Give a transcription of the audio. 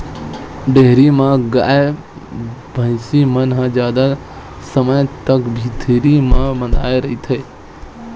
dairy म गाय, भइसी मन ह जादा समे तक भीतरी म बंधाए रहिथे